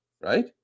right